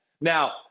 Now